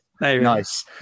Nice